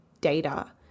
data